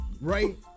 Right